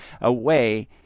away